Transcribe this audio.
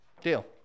Deal